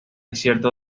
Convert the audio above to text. cierto